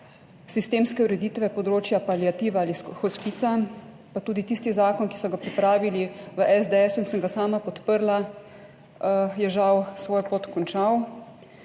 sistemske ureditve področja paliative ali hospica, pa tudi tisti zakon, ki so ga pripravili v SDS in sem ga sama podprla je žal, svojo pot končal.